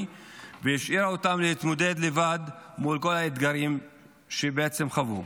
והשאירה אותם להתמודד לבד מול האתגרים שהם חוו.